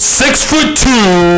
six-foot-two